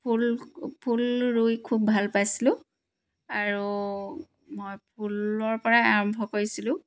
ফুল ফুল ৰুই খুব ভাল পাইছিলোঁ আৰু মই ফুলৰ পৰা আৰম্ভ কৰিছিলোঁ